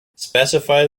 specify